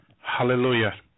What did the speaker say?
Hallelujah